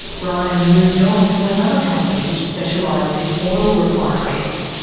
brian moved on to another company, which specialised in oil refineries.